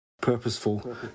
Purposeful